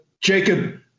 Jacob